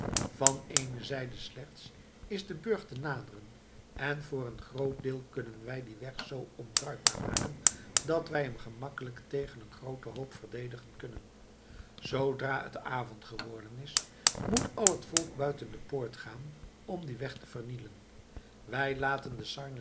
van ééne zijde slechts is de burcht te naderen en voor een groot deel kunnen wij dien weg zoo onbruikbaar maken dat wij hem gemakkelijk tegen een grooten hoop verdedigen kunnen zoodra het avond geworden is moet al het volk buiten de poort gaan om dien weg te vernielen wij laten den